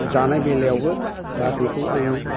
जानाय बेलायावबो दा बेखौ आं